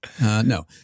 No